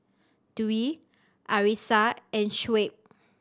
Dwi Arissa and Shuib